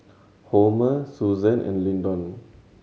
Homer Susan and Lyndon